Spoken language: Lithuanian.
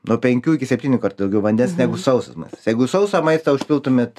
nuo penkių iki septynių kartų daugiau vandens negu sausas maistas jeigu sausą maistą užpiltumėt